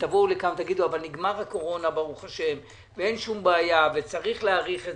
ותגידו כאן: נגמר הקורונה ב"ה וצריך להאריך את